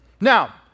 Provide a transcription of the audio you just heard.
Now